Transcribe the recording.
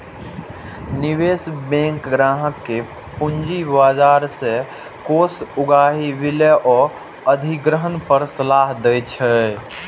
निवेश बैंक ग्राहक कें पूंजी बाजार सं कोष उगाही, विलय आ अधिग्रहण पर सलाह दै छै